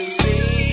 see